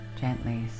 gently